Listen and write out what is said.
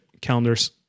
calendars